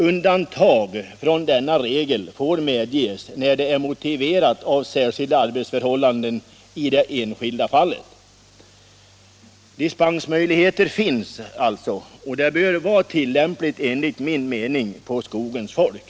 Undantag från denna regel får medges när det är motiverat av särskilda arbetsförhållanden i det enskilda fallet.” Dispensmöjlighet finns alltså, och den bör enligt min mening vara tillämplig på skogens folk.